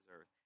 earth